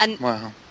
Wow